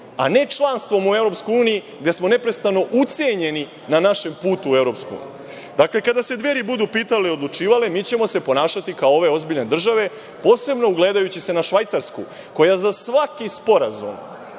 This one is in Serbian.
a ne članstvom u EU, gde smo neprestano ucenjeni na našem putu u EU.Dakle, kada se Dveri budu pitale i odlučivale mi ćemo se ponašati kao ove ozbiljne države, posebno ugledajući se na Švajcarsku koja za svaki sporazum